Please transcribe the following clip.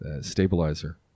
stabilizer